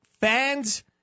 Fans